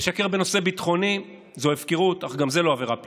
לשקר בנושא ביטחוני זו הפקרות אך זה לא עבירה פלילית.